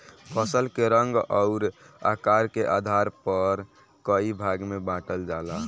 फसल के रंग अउर आकार के आधार पर कई भाग में बांटल जाला